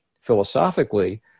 philosophically